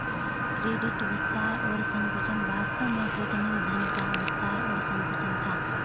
credit विस्तार और संकुचन वास्तव में प्रतिनिधि धन का विस्तार और संकुचन था